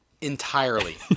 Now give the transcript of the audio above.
Entirely